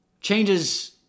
changes